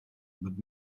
but